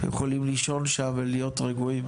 והם יכולים לישון שם ולהיות רגועים.